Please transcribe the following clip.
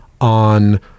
on